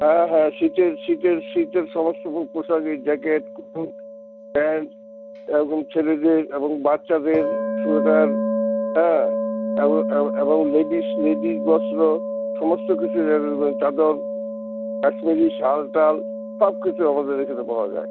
হ্যাঁ হ্যাঁ শীতের শীতের শীতের সমস্ত রকম পোশাক এই জ্যাকেট প্যান্ট এরকম ছেলেদের এখন বাচ্চাদের সোয়েটার হ্যাঁ এবং লেডিস লেডিস বস্ত্র সমস্ত কিছু চাদর কাশ্মীরি শাল টাল সব কিছু আমাদের এখানে পাওয়া যায়